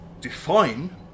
define